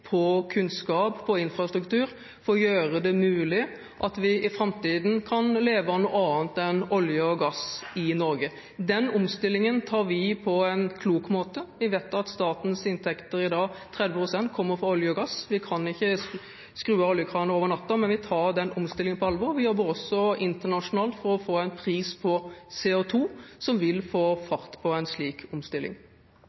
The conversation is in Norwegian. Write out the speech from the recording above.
på forskning, på kunnskap, på infrastruktur for å gjøre det mulig at vi i framtiden kan leve av noe annet enn olje og gass i Norge. Den omstillingen tar vi på en klok måte. Vi vet at 30 pst. av statens inntekter i dag kommer fra olje og gass – vi kan ikke skru av oljekranen over natten, men vi tar den omstillingen på alvor. Vi jobber også internasjonalt for å få en pris på CO2 som vil få